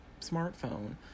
smartphone